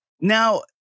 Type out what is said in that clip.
Now